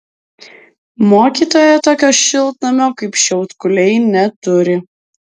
mokytoja tokio šiltnamio kaip šiaudkuliai neturi